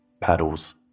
paddles